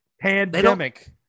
pandemic